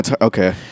Okay